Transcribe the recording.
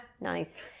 nice